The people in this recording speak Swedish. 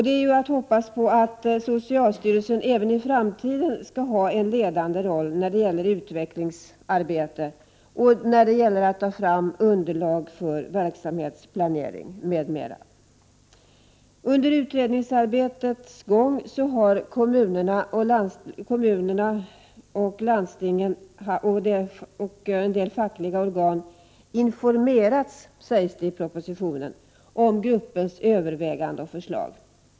Det är ju att hoppas att socialstyrelsen även i framtiden skall ha en ledande roll när det gäller utvecklingsarbete, när det gäller att ta fram underlag för verksamhetsplanering m.m. Under utredningsarbetets gång har, enligt vad som framgår av propositionen, kommuner, landsting och en del fackliga organ informerats om gruppens överväganden och förslag.